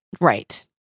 Right